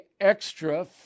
extra